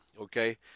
okay